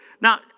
Now